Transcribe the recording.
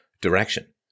direction